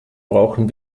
brauchen